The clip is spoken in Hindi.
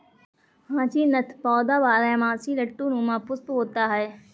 हाचीनथ पौधा बारहमासी लट्टू नुमा पुष्प होता है